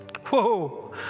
Whoa